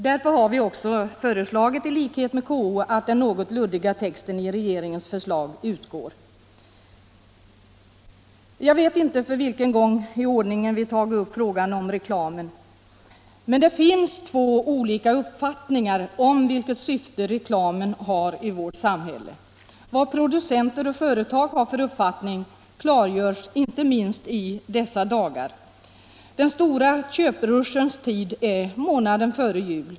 Därför har vi också föreslagit, i likhet med KO, att den något luddiga texten i regeringens förslag utgår. Jag vet inte för vilken gång i ordningen vi tagit upp frågan om reklamen. Det finns två olika uppfattningar om vilket syfte reklamen har i vårt samhälle. Vad producenter och företag har för uppfattning klargörs inte minst i dessa dagar. Den stora köprushens tid är månaden före jul.